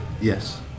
yes